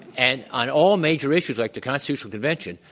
and on all major issues like the constitutional convention,